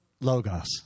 Logos